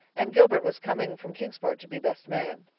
and gilbert was coming from kingsport to be best man.